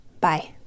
bye